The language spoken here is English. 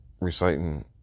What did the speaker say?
reciting